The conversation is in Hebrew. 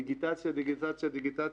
דיגיטציה, דיגיטציה, דיגיטציה.